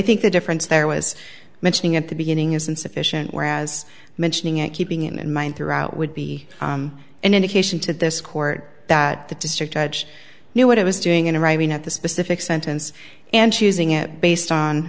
think the difference there was mentioning at the beginning is insufficient whereas mentioning it keeping in mind throughout would be an indication to this court that the district judge knew what it was doing in arriving at the specific sentence and choosing it based on